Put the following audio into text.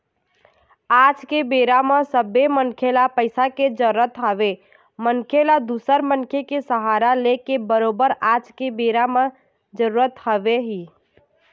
आज के बेरा म सबे मनखे ल पइसा के जरुरत हवय मनखे ल दूसर मनखे के सहारा लेके बरोबर आज के बेरा म जरुरत हवय ही